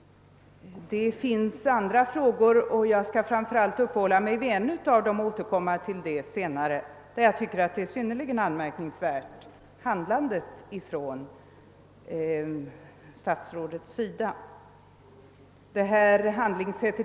Det finns andra frågor — och jag skall litet senare uppehålla mig vid framför allt en av dem — i vilka jag tycker att statsrådets handlande har varit synnerligen anmärkningsvärt.